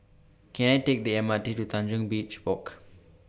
Can I Take The M R T to Tanjong Beach Walk